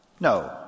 No